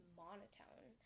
monotone